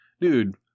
dude